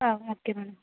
ah okay ma'am